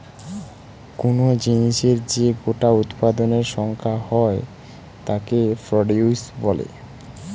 কুনো জিনিসের যে গোটা উৎপাদনের সংখ্যা হয় তাকে প্রডিউস বলে